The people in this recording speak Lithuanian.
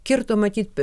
kirto matyt